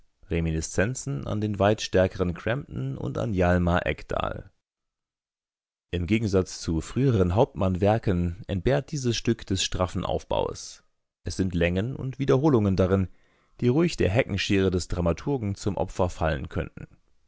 reminiszenzen an den weit stärkeren crampton und an hjalmar ekdal im gegensatz zu früheren hauptmann-werken entbehrt dieses stück des straffen aufbaues es sind längen und wiederholungen darin die ruhig der heckenschere des dramaturgen zum opfer fallen könnten